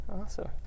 Awesome